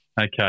Okay